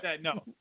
no